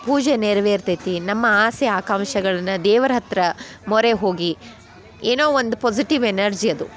ಪೂಜೆ ನೆರವೇರ್ತೈತಿ ನಮ್ಮ ಆಸೆ ಆಕಾಂಕ್ಷೆಗಳನ್ನು ದೇವರ ಹತ್ತಿರ ಮೊರೆ ಹೋಗಿ ಏನೋ ಒಂದು ಪೊಝಿಟಿವ್ ಎನರ್ಜಿ ಅದು